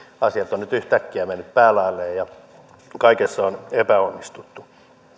asiat ovat nyt yhtäkkiä menneet päälaelleen ja kaikessa on epäonnistuttu